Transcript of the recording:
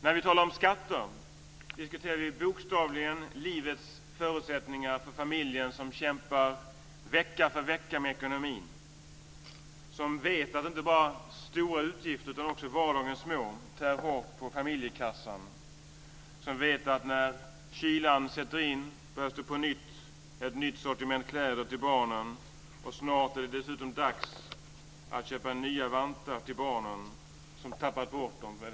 När vi talar om skatter diskuterar vi bokstavligen livets förutsättningar för familjen som kämpar vecka för vecka med ekonomin, som vet att inte bara stora utgifter utan också vardagens små tär hårt på familjekassan, som vet att när kylan sätter in behövs det ett nytt sortiment kläder till barnen. Snart är det dessutom dags att köpa nya vantar till barnen, som tappat bort dem de hade.